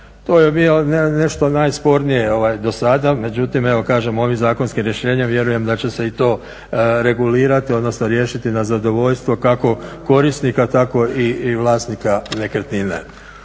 To je bilo nešto najspornije do sada, međutim, evo kažem ovim zakonskim rješenjem vjerujem da će se i to regulirati, odnosno riješiti na zadovoljstvo kako korisnika, tako i vlasnika nekretnine.